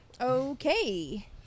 Okay